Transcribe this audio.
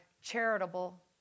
charitable